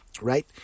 right